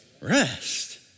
Rest